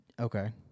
Okay